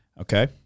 Okay